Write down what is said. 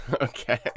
Okay